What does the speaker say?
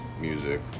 music